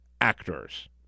actors